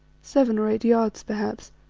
seven or eight yards perhaps,